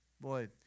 Boy